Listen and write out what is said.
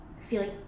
feeling